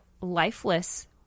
lifeless